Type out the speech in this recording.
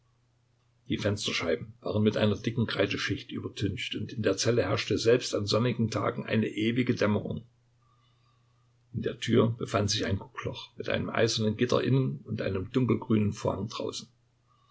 die fensterscheiben waren mit einer dicken kreideschicht übertüncht und in der zelle herrschte selbst an sonnigen tagen eine ewige dämmerung in der tür befand sich ein guckloch mit einem eisernen gitter innen und einem dunkelgrünen vorhang draußen